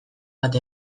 bat